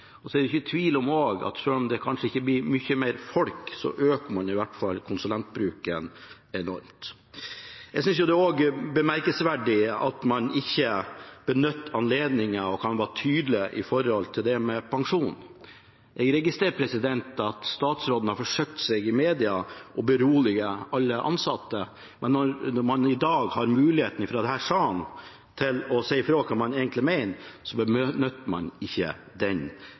er heller ikke tvil om at selv om det kanskje ikke blir mange flere folk, så øker man i hvert fall konsulentbruken enormt. Jeg synes det også er bemerkelsesverdig at man ikke benytter anledningen til å være tydelig når det gjelder pensjon. Jeg registrerer at statsråden i media har forsøkt å berolige alle ansatte, men når man i dag har muligheten i denne salen til å si fra om hva man egentlig mener, benytter man ikke den